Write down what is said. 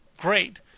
great